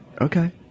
Okay